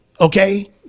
Okay